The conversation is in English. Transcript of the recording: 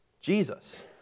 Jesus